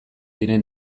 diren